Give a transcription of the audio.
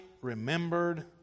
remembered